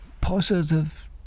positive